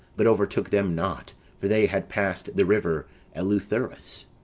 but overtook them not for they had passed the river eleutherus.